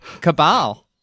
cabal